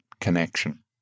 connection